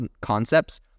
concepts